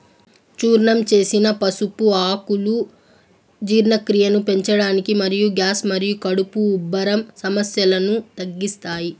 చూర్ణం చేసిన పసుపు ఆకులు జీర్ణక్రియను పెంచడానికి మరియు గ్యాస్ మరియు కడుపు ఉబ్బరం సమస్యలను తగ్గిస్తాయి